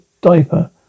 diaper